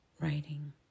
writing